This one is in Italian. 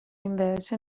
invece